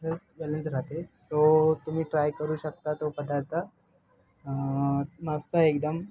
तर बॅलन्स राहते सो तुम्ही ट्राय करू शकता तो पदार्थ मस्त एकदम